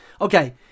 Okay